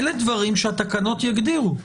אלה דברים שהתקנות יגדירו.